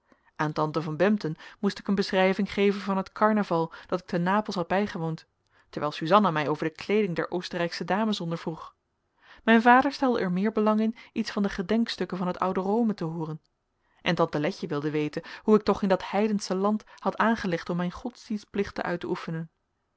aan tante van bempden moest ik een beschrijving geven van het carnaval dat ik te napels had bijgewoond terwijl susanna mij over de kleeding der oostenrijksche dames ondervroeg mijn vader stelde er meer belang in iets van de gedenkstukken van het oude rome te hooren en tante letje wilde weten hoe ik het toch in dat heidensche land had aangelegd om mijn godsdienstplichten uit te oefenen